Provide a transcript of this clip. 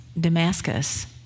Damascus